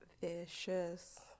Vicious